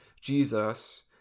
Jesus